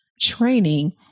training